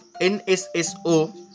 NSSO